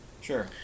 Sure